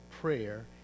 prayer